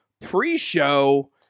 pre-show